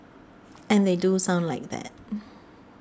and they do sound like that